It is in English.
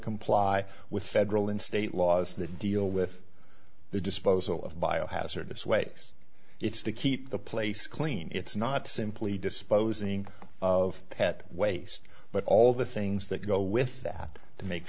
comply with federal and state laws that deal with the disposal of biohazardous ways it's to keep the place clean it's not simply disposing of pet waste but all the things that go with that to make